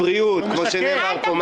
אבל הוא משקר.